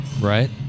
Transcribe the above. Right